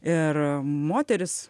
ir moterys